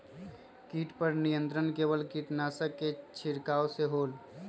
किट पर नियंत्रण केवल किटनाशक के छिंगहाई से होल?